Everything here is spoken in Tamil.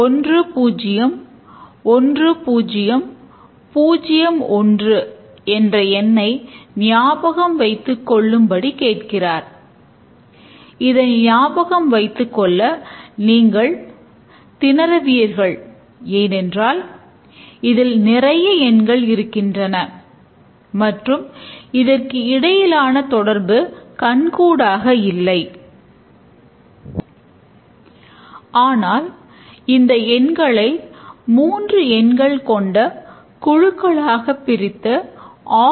அவ்வாறு இருக்க கட்டமைக்கப்பட்ட வடிவத்தில் நாம் கொண்டுள்ள அமைப்பிலிருந்து அதை சுலபமாக செயல்படுத்தவும் இறுதித் தீர்வுக்கான கோடிங்கை சுலபமாக எழுத முடியும்